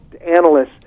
analysts